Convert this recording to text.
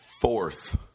fourth